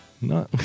No